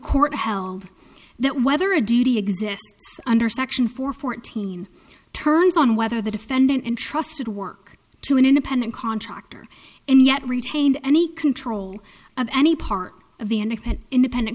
court held that whether a duty exists under section four fourteen turns on whether the defendant entrusted work to an independent contractor and yet retained any control of any part of the independent